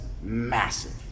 massive